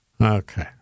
Okay